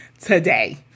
today